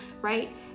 Right